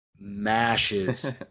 mashes